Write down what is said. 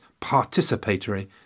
participatory